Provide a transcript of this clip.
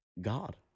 God